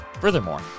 furthermore